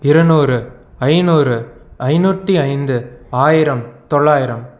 இரநூறு ஐநூறு ஐநூற்றி ஐந்து ஆயிரம் தொள்ளாயிரம்